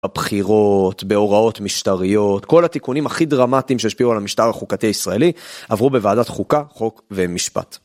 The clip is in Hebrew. הבחירות, בהוראות משטריות, כל התיקונים הכי דרמטיים שהשפיעו על המשטר החוקתי הישראלי עברו בוועדת חוקה, חוק ומשפט.